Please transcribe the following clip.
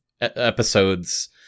episodes